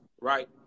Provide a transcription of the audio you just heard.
right